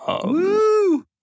Woo